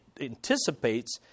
anticipates